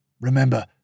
Remember